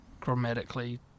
grammatically